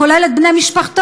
כולל את בני משפחתו,